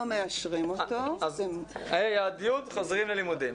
מאשרים אותו ---- אז כיתות ה' עד י' חוזרים ללימודים,